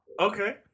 Okay